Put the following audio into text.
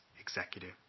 executive